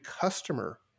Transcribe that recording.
customer